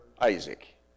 Isaac